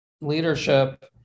leadership